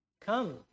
Come